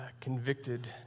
convicted